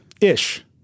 ish